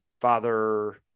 father